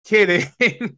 Kidding